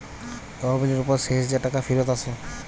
তহবিলের উপর শেষ যে টাকা ফিরত আসে